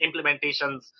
implementations